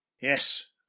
Yes